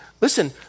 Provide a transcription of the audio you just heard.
Listen